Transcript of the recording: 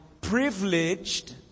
privileged